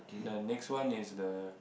the next one is the